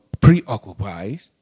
preoccupied